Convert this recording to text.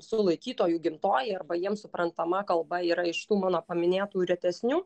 sulaikytojų gimtoji arba jiems suprantama kalba yra iš tų mano paminėtų retesnių